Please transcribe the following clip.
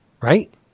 Right